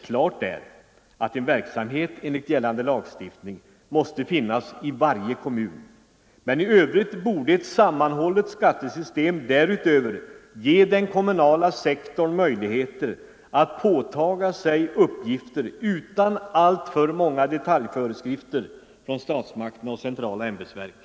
Klart är att en verksamhet enligt gällande lagstiftning måste finnas i varje kommun, men i övrigt borde ett sammanhållet skattesystem därutöver ge den kommunala sektorn möjligheter att påta sig uppgifter utan alltför många detaljföreskrifter från statsmakterna och centrala ämbetsverk.